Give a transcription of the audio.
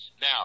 Now